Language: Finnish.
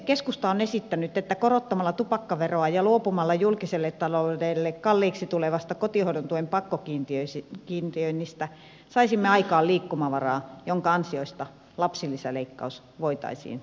keskusta on esittänyt että korottamalla tupakkaveroa ja luopumalla julkiselle taloudelle kalliiksi tulevasta kotihoidon tuen pakkokiintiöinnistä saisimme aikaan liikkumavaraa jonka ansiosta lapsilisäleikkaus voitaisiin peruuttaa